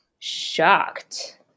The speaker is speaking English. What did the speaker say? shocked